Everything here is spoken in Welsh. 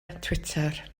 twitter